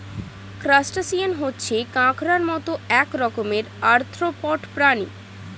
crustacean হচ্ছে কাঁকড়ার মত এক রকমের আর্থ্রোপড প্রাণী